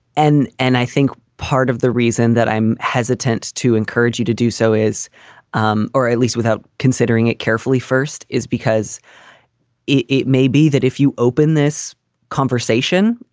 and and i think part of the reason that i'm hesitant to encourage you to do so is um or at least without considering it carefully first is because it it may be that if you open this conversation,